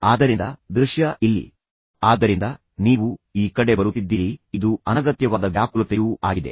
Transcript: ಆದ್ದರಿಂದ ದೃಶ್ಯ ಇಲ್ಲಿ ಆದ್ದರಿಂದ ನೀವು ಈ ಕಡೆ ಬರುತ್ತಿದ್ದೀರಿ ಇದು ಅನಗತ್ಯವಾದ ವ್ಯಾಕುಲತೆಯೂ ಆಗಿದೆ